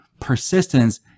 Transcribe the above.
persistence